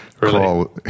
call